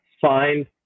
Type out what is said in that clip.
find